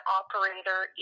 operator